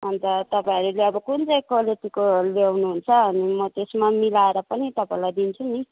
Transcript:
अन्त तपाईँहरूले अब कुन चैँ क्वालिटीको लिनुहुन्छ अनि म त्यसमा मिलाएर पनि तपाईँलाई दिन्छु नि